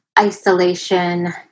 isolation